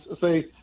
say